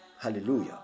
hallelujah